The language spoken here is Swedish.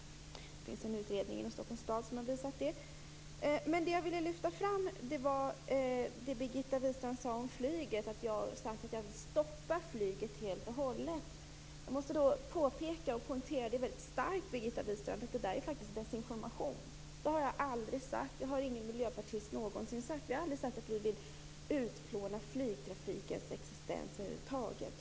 Det finns en utredning inom Stockholms stad som har visat det. Det jag ville lyfta fram var att Birgitta Wistrand sade att jag sagt att jag helt och hållet vill stoppa flyget. Jag måste då väldigt starkt påpeka för Birgitta Wistrand att det faktiskt är desinformation. Detta har jag aldrig sagt. Det har ingen miljöpartist någonsin sagt. Vi har aldrig sagt att vi vill utplåna flygtrafiken över huvud taget.